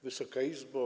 Wysoka Izbo!